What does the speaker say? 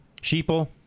Sheeple